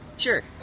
Sure